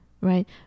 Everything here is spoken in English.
right